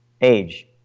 age